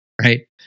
Right